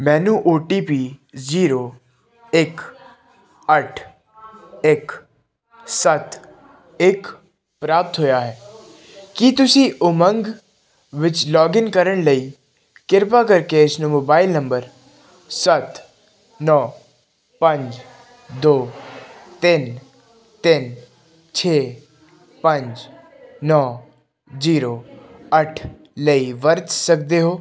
ਮੈਨੂੰ O T P zero ਇੱਕ ਅੱਠ ਇੱਕ ਸੱਤ ਇੱਕ ਪ੍ਰਾਪਤ ਹੋਇਆ ਹੈ ਕੀ ਤੁਸੀਂ ਉਮੰਗ ਵਿੱਚ ਲੌਗਇਨ ਕਰਨ ਲਈ ਕਿਰਪਾ ਕਰਕੇ ਇਸ ਨੂੰ ਮੋਬਾਈਲ ਨੰਬਰ ਸੱਤ ਨੌਂ ਪੰਜ ਦੋ ਤਿੰਨ ਤਿੰਨ ਛੇ ਪੰਜ ਨੌਂ ਜੀਰੋ ਅੱਠ ਲਈ ਵਰਤ ਸਕਦੇ ਹੋ